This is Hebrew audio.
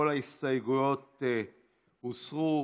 כל ההסתייגויות הוסרו.